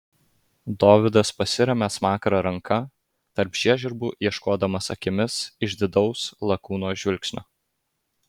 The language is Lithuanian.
dovydas pasiremia smakrą ranka tarp žiežirbų ieškodamas akimis išdidaus lakūno žvilgsnio